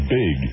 big